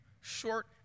short